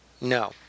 No